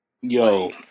Yo